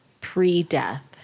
pre-death